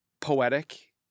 poetic